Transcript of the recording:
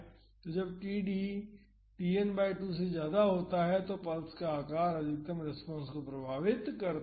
तो जब td Tn बाई 2 से ज्यादा हो जाता है तो पल्स का आकार अधिकतम रेस्पॉन्स को प्रभावित करता है